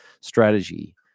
strategy